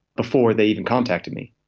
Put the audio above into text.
before they even contacted me.